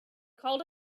called